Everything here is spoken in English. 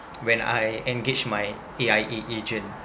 when I engaged my A_I_A agent